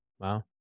wow